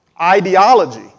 ideology